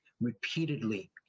repeatedly